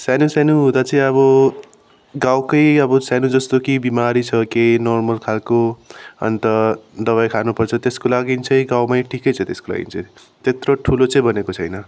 सानो सानो हुँदा चाहिँ अब गाउँकै अब सानो जस्तो कि बिमारी छ केही नर्मल खालको अन्त दवाई खानु पर्छ त्यसको लागि चाहिँ गाउँमै ठिकै छ त्यसको लागि चाहिँ त्यत्रो ठुलो चाहिँ बनेको छैन